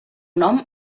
nom